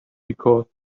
because